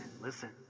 listen